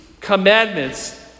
commandments